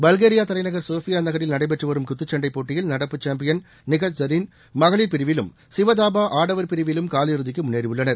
Bulgaria தலைநகர் Sofia நகரில் நடைபெற்று வரும் குத்துச்சண்டைப் போட்டியில் நடப்பு சாம்பியன் நிகாக் ஸரீன் மகளிர் பிரிவிலும் சிவதாபா ஆடவர் பிரிவிலும் காலிறதிக்கு முன்னேறியுள்ளனர்